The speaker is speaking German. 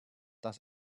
dass